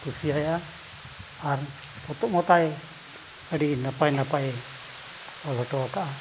ᱠᱩᱥᱤᱭᱟᱭᱟ ᱟᱨ ᱯᱚᱛᱚᱵ ᱦᱚᱸ ᱛᱟᱭ ᱟᱹᱰᱤ ᱱᱟᱯᱟᱭ ᱱᱟᱯᱟᱭ ᱚᱞ ᱦᱚᱴᱚ ᱠᱟᱜᱼᱟ